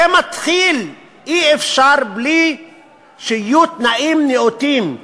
זה מתחיל בכך שאי-אפשר בלי שיהיו תנאים נאותים,